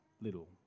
little